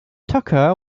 tucker